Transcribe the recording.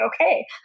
okay